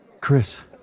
Chris